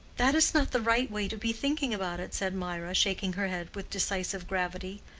that is not the right way to be thinking about it, said mirah, shaking her head with decisive gravity,